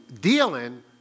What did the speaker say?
dealing